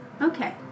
Okay